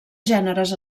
gèneres